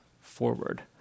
forward